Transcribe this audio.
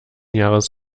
jahres